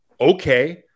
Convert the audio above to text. Okay